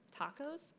tacos